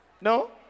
No